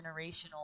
generational